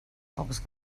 pocs